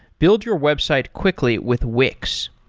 build your website quickly with wix.